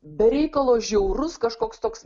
be reikalo žiaurus kažkoks toks